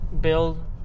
Build